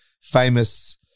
famous